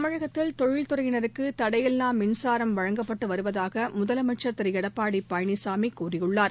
தமிழகத்தில் தொழில்துறையினருக்கு தடையில்லா மின்சாரம் வழங்கப்பட்டு வருவதாக முதலமைச்சர் திரு எடப்பாடி பழனிசாமி கூறியுள்ளார்